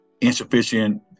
insufficient